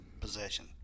possession